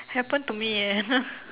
happen to me eh